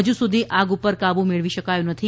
હજુ સુધી આગ ઉપર કાબુ મેળવી શકાયો નથી